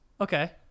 Okay